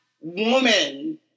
woman